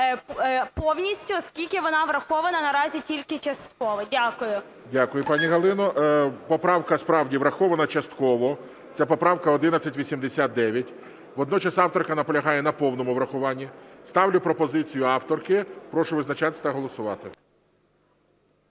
повністю, оскільки вона врахована наразі тільки частково. Дякую. ГОЛОВУЮЧИЙ. Дякую, пані Галино. Поправка справді врахована частково, це поправка 1189. Водночас авторка наполягає на повному врахуванні. Ставлю пропозицію авторки. Прошу визначатися та голосувати.